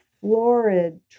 florid